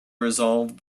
resolved